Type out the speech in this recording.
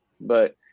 but-